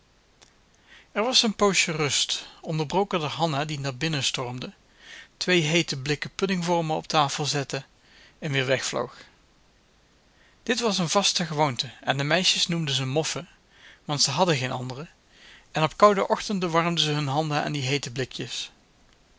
er was een poosje rust onderbroken door hanna die naar binnen stormde twee heete blikken puddingvormen op tafel zette en weer wegvloog dit was een vaste gewoonte en de meisjes noemden ze moffen want ze hadden geen andere en op koude ochtenden warmden ze hun handen aan die heete blikjes